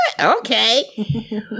Okay